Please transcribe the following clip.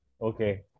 Okay